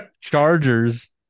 chargers